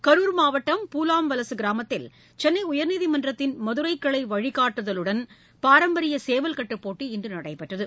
கரூர் மாவட்டம் பூலாம்வலசுகிராமத்தில் சென்னைஉயர்நீதிமன்றத்தின் மதுரைகிளைவழிகட்டுதலுடன் பாரம்பரியசேவல்கட்டுப் போட்டி இன்றுநடைபெற்றது